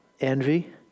envy